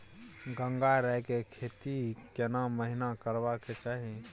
गंगराय के खेती केना महिना करबा के चाही?